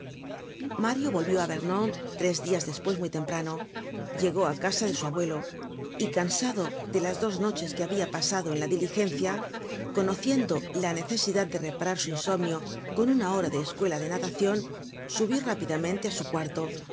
mario volvió de vernon tres dias despues muy temprano llegó á casa de su abuelo y cansado de las dos noches que habia pasado en la diligencia conociendo la necesidad de reparar su insomnio con una hora de escuela de natacion subió rápidamente á su cuarto